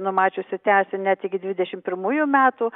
numačiusi tęsti net iki dvidešimt pirmųjų metų